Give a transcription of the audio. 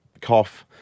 cough